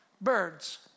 birds